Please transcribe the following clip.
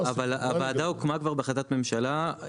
הוועדה הוקמה כבר בהחלטת ממשלה.